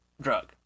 drug